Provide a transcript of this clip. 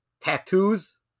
tattoos